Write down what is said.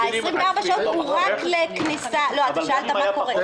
אתה שאלת מה קורה.